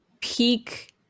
peak